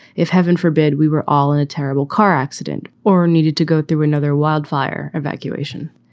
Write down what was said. if, heaven forbid, we were all in a terrible car accident or needed to go through another wildfire evacuation.